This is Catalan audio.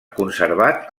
conservat